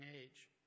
age